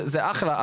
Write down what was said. זה אחלה.